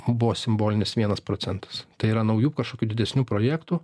buvo simbolinis vienas procentas tai yra naujų kažkokių didesnių projektų